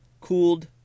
cooled